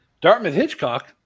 Dartmouth-Hitchcock